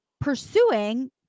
pursuing